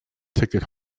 ticket